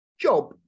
job